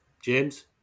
James